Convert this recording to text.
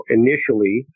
initially